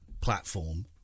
platform